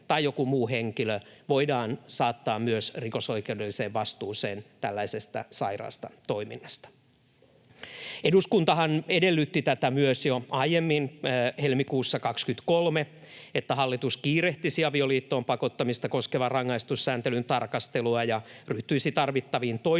tai joku muu henkilö voidaan saattaa myös rikosoikeudelliseen vastuuseen tällaisesta sairaasta toiminnasta. Eduskuntahan edellytti myös jo aiemmin helmikuussa 23, että hallitus kiirehtisi avioliittoon pakottamista koskevan rangaistussääntelyn tarkastelua ja ryhtyisi tarvittaviin toimenpiteisiin,